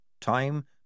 Time